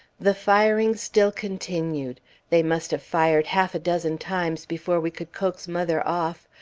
the firing still continued they must have fired half a dozen times before we could coax mother off.